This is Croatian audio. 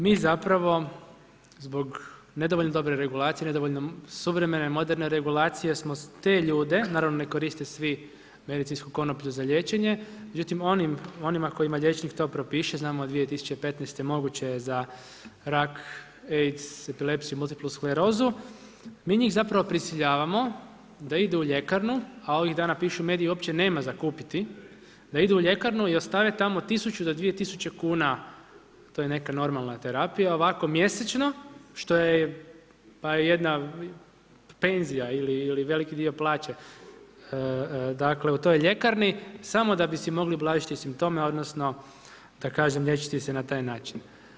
Mi zapravo zbog nedovoljno dobre regulacije, nedovoljno suvremene, moderne regulacije smo te ljude, naravno ne koriste svi medicinsku konoplju za liječenje, međutim onima kojima liječnik to propiše, znamo od 2015. je moguće za rak i epilepsiju, multiplu sklerozu, mi njih zapravo prisiljavamo da idu u ljekarnu a ovih dana pišu mediji uopće nema za kupiti, da idu u ljekarnu i ostave tamo 1000 do 2000 kuna, to je neka normalna terapija, ovako mjesečno što je pa jedna penzija ili veliki dio plaće dakle u toj ljekarni, samo da bi si mogli ublažiti simptome odnosno da kažem, liječiti se na taj način.